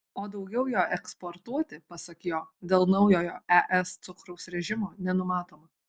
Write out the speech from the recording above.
o daugiau jo eksportuoti pasak jo dėl naujojo es cukraus režimo nenumatoma